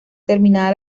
terminada